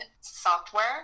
software